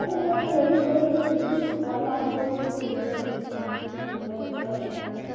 अरे बस यहीं कोई चार पाँच सौ के बीच में सफर हो जाएगा तुम्हारा